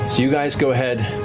you guys go ahead,